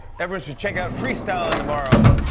everyone should check out freestylin' tomorrow.